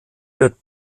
wird